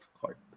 court